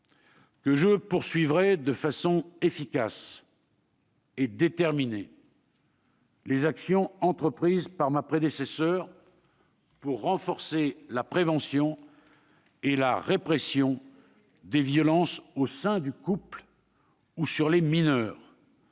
que je poursuivrai de façon efficace et déterminée les actions entreprises par ma prédécesseure pour renforcer la prévention et la répression des violences au sein du couple ou sur les mineurs,